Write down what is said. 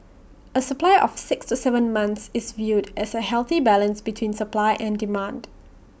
A supply of six to Seven months is viewed as A healthy balance between supply and demand